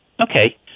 Okay